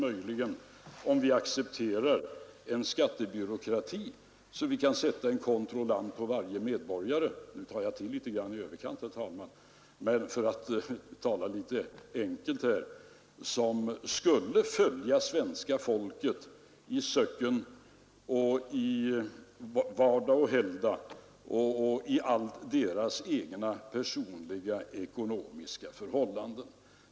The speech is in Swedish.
Möjligen skulle vi kunna göra det om vi accepterar en sådan skattebyråkrati att vi kan sätta en kontrollant på varje medborgare — nu tar jag till litet grand i överkant, herr talman, för att tala litet enkelt här — som vardag och helgdag skulle följa svenska folket i allt som rör deras egna personliga ekonomiska förhållanden.